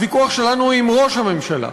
הוויכוח שלנו הוא עם ראש הממשלה.